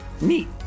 Neat